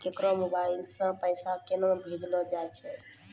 केकरो मोबाइल सऽ पैसा केनक भेजलो जाय छै?